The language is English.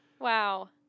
Wow